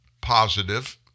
positive